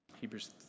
Hebrews